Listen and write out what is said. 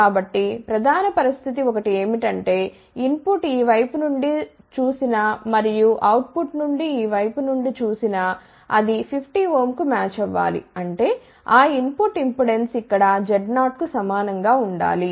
కాబట్టి ప్రధాన పరిస్థితి ఒకటి ఏమిటంటే ఇన్ పుట్ ఈ వైపు నుండి చూసిన మరియు అవుట్ పుట్ నుండి ఈ వైపు నుండి చూసిన అది 50Ω కు మ్యాచ్ అవ్వాలి అంటేఆ ఇన్ పుట్ ఇంపెడెన్స్ ఇక్కడ Z0కు సమానం గా ఉండాలి